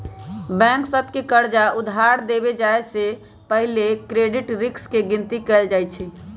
bank सभ के कर्जा उधार देबे जाय से पहिले क्रेडिट रिस्क के गिनति कएल जाइ छइ